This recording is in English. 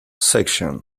section